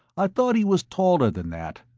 i thought he was taller than that.